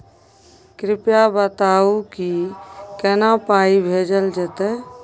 कृपया बताऊ की केना पाई भेजल जेतै?